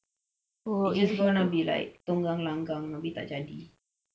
it is gonna be like tunggang-langgang tapi tak jadi